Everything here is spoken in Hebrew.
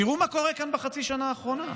תראו מה קורה כאן בחצי שנה האחרונה.